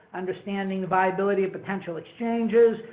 understanding viability of potential exchanges,